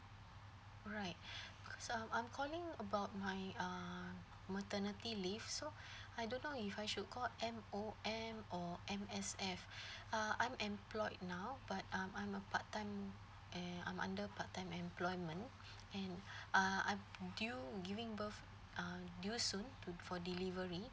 alright cause um I'm calling about my uh maternity leave so I don't know if I should call MOM or M_S_F uh I'm employed now but um I'm a part time and I'm under part time employment and uh I'm due giving birth uh due soon for delivery